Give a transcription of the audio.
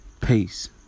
peace